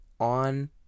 on